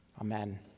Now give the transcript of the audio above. Amen